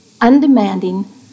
undemanding